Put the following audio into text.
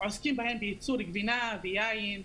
עוסקים בהן בייצור גבינה ויין.